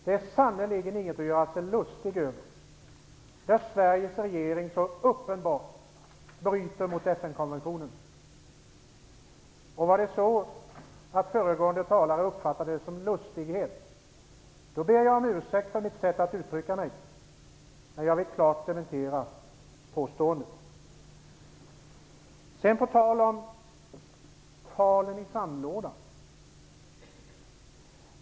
Det är sannerligen inget att göra sig lustig över att Sveriges regering så uppenbart bryter mot FN konventionen. Om föregående talare uppfattade det jag sade som en lustighet ber jag om ursäkt för mitt sätt att uttrycka mig, men jag vill klart dementera hennes påstående.